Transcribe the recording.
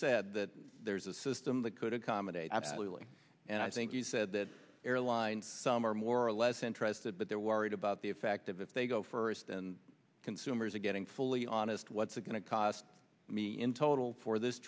said that there's a system that could accommodate absolutely and i think you said that airlines some are more or less interested but they're worried about the effect of if they go first and consumers are getting fully honest what's it going to cost me in total for this